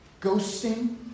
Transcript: ghosting